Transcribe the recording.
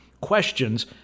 questions